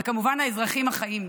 וכמובן של האזרחים החיים.